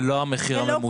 זה לא המחיר הממוצע.